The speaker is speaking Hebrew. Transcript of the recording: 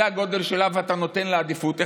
זה הגודל שלה ואתה נותן לה עדיפות,